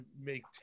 make